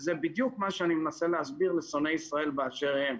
זה בדיוק מה שאני מנסה להסביר לשונאי ישראל באשר הם.